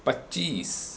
پچیس